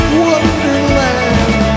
wonderland